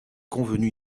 convenu